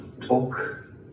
talk